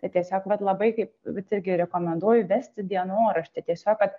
tai tiesiog vat labai kaip vat irgi rekomenduoju vesti dienoraštį tiesiog kad